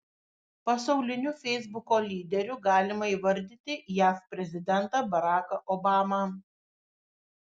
pasauliniu feisbuko lyderiu galima įvardyti jav prezidentą baraką obamą